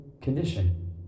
condition